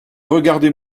regardez